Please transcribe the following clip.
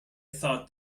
thought